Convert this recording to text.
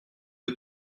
que